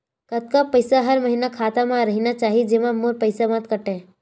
कतका पईसा हर महीना खाता मा रहिना चाही जेमा मोर पईसा मत काटे?